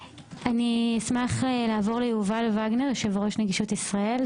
אשמח לעבור ליובל וגנר, יושב-ראש נגישות ישראל.